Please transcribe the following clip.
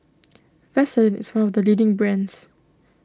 Vaselin is one of the leading brands